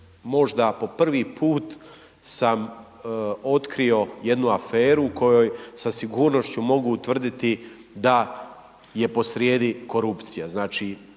možda po prvi put sam otkrio jednu aferu u kojoj sa sigurnošću mogu utvrditi da je posrijedi korupcija. Znači,